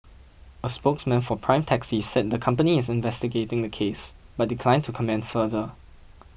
a spokesman for Prime Taxi said the company is investigating the case but declined to comment further